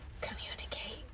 communicate